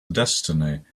destiny